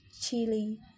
chili